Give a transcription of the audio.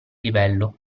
livello